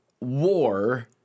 war